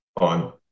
on